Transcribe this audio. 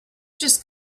just